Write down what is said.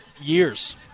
years